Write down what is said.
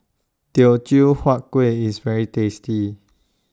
Teochew Huat Kuih IS very tasty